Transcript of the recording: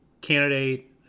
candidate